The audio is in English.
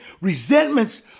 Resentments